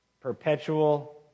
perpetual